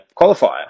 qualifier